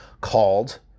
called